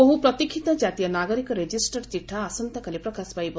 ବହୁ ପ୍ରତୀକ୍ଷିତ ଜାତୀୟ ନାଗରିକ ରେଜିଷ୍ଟର ଚିଠା ଆସନ୍ତାକାଲି ପ୍ରକାଶ ପାଇବ